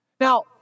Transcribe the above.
Now